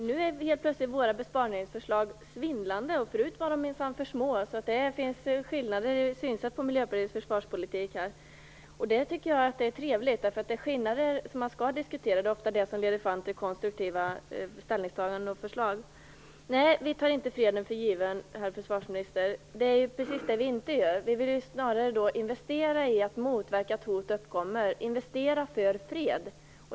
Herr talman! Nu är helt plötsligt våra besparingsförslag svindlande. Förut var de minsann för små. Det finns skillnader i synsätt på Miljöpartiets försvarspolitik här. Det tycker jag är trevligt, för det är skillnader man skall diskutera. Det är oftast det som leder fram till konstruktiva ställningstaganden och förslag. Nej, vi tar inte freden för given, herr försvarsminister. Det är precis det vi inte gör. Vi vill snarare investera i att motverka att hotet kommer - investera för fred.